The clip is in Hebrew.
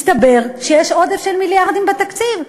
מסתבר שיש עודף של מיליארדים בתקציב,